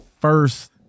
first